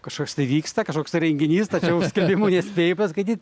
kažkas tai vyksta kažkoks tai renginys tačiau skelbimų nespėju paskaityt